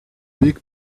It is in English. big